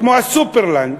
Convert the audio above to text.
כמו ה"סופרלנד",